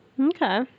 okay